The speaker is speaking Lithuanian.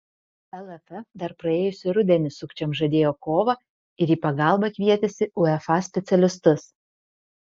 lff dar praėjusį rudenį sukčiams žadėjo kovą ir į pagalbą kvietėsi uefa specialistus